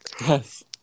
Yes